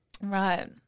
Right